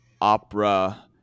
opera